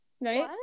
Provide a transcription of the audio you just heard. right